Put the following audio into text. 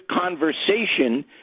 conversation